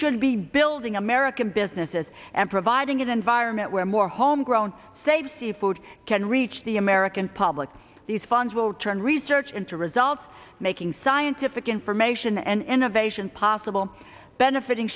should be building american businesses and providing an environment where more homegrown save seafood can reach the american public these funds will turn research into results making scientific information and innovation possible benefiting